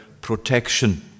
protection